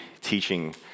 teaching